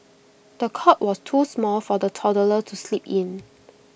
the cot was too small for the toddler to sleep in